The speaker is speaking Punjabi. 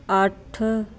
ਅੱਠ